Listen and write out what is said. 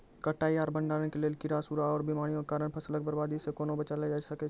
कटाई आर भंडारण के लेल कीड़ा, सूड़ा आर बीमारियों के कारण फसलक बर्बादी सॅ कूना बचेल जाय सकै ये?